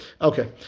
Okay